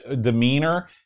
demeanor